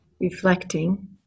reflecting